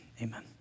Amen